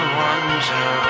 wonder